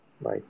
bye